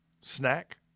snack